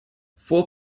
four